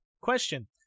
Question